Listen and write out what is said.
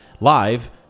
live